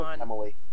Emily